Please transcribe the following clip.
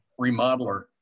remodeler